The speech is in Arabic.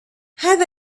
هذا